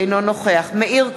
אינו נוכח מאיר כהן,